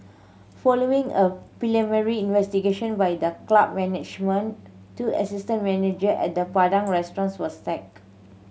following a preliminary investigation by the club management two assistant manager at the Padang Restaurant were sacked